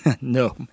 no